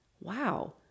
wow